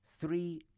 three